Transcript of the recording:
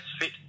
fit